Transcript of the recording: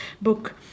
book